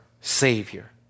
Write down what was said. savior